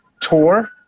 tour